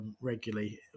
Regularly